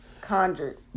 Conjured